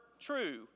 true